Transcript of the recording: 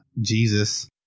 Jesus